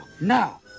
Now